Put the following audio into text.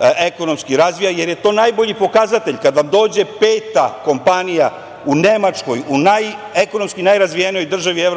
ekonomski razvija, jer je to najbolji pokazatelj. Kada vam dođe peta kompanija u Nemačkoj, u ekonomski najrazvijenijoj državi EU,